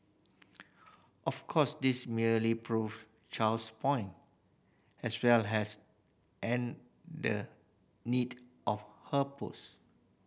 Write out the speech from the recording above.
of course this merely prove Chow's point as well as and the need of her post